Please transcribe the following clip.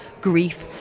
grief